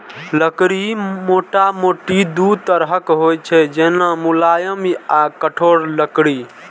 लकड़ी मोटामोटी दू तरहक होइ छै, जेना, मुलायम आ कठोर लकड़ी